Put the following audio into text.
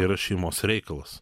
yra šeimos reikalas